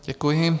Děkuji.